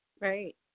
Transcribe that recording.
right